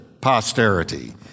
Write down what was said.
posterity